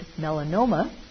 melanoma